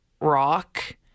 rock